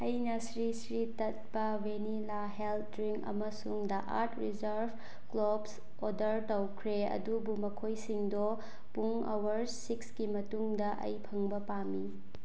ꯑꯩꯅ Sri Sri Tattva vanilla health drink ꯑꯃꯁꯨꯡ ꯗ ꯑꯥꯔꯠ ꯔꯤꯖꯔꯞ ꯀ꯭ꯂꯣꯞꯁ ꯑꯣꯔꯗꯔ ꯇꯧꯈ꯭ꯔꯦ ꯑꯗꯨꯕꯨ ꯃꯈꯣꯏꯁꯤꯡꯗꯣ ꯄꯨꯡ ꯑꯋꯥꯔ ꯁꯤꯛꯁꯀꯤ ꯃꯇꯨꯡꯗ ꯑꯩ ꯐꯪꯕ ꯄꯥꯝꯃꯤ